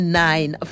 nine